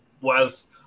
Whilst